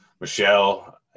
Michelle